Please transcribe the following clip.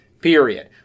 period